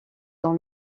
dans